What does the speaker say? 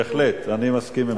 בהחלט, אני מסכים.